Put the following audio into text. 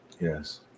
Yes